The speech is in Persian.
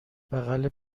بغل